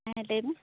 ᱦᱟᱸ ᱞᱟ ᱭᱢᱮ